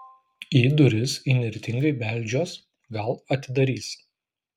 į duris įnirtingai beldžiuos gal atidarys